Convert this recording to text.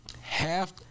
Half